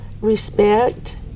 respect